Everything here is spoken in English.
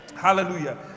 Hallelujah